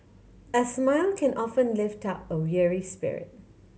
a smile can often lift up a weary spirit